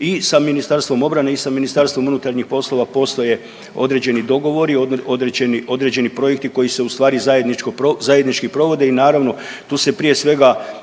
i sa Ministarstvom obrane i sa MUP-om postoje određeni dogovori, određeni projekti koji se u stvari zajednički provode i naravno tu se prije svega gleda